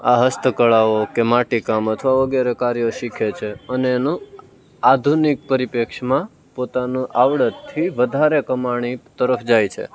આ હસ્તકળાઓ કે માટી કામ અથવા વગેરે કાર્યો શીખે છે અને એનું આધુનિક પરિપ્રેક્ષમાં પોતાનું આવડતથી વધારે કમાણી તરફ જાય છે